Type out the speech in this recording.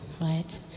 right